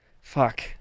Fuck